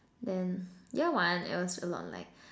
then year one it was a lot like